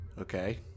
Okay